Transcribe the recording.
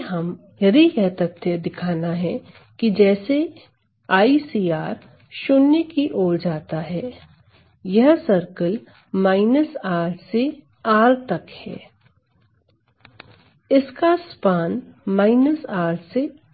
हमें यह तथ्य दिखाना है कि जैसे IcR शून्य की ओर जाता है यह सर्कल R से R तक है इसका स्पान R से R है